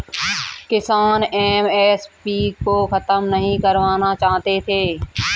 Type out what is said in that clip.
किसान एम.एस.पी को खत्म नहीं करवाना चाहते थे